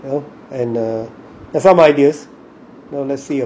well and ugh there's some ideas know let's see about it